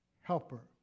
helper